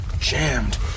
Jammed